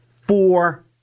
four